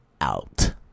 out